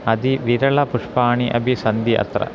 अति विरलपुष्पाणि अपि सन्ति अत्र